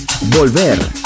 Volver